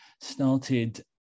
started